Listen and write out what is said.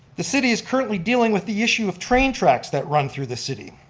the city is currently dealing with the issue of train tracks that run through the city.